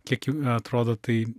kiek atrodo tai